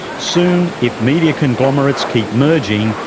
soon, if media conglomerates keep merging,